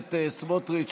הכנסת סמוטריץ',